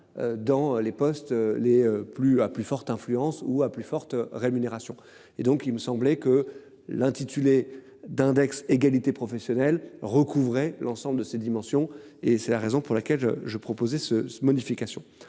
postes les plus à plus forte influence ou à plus forte rémunération et donc il me semblait que l'intitulé d'index égalité professionnelle recouvrer l'ensemble de ses dimensions et c'est la raison pour laquelle je je proposais ce modification